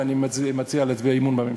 ואני מציע להצביע אמון בממשלה.